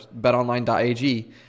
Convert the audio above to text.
betonline.ag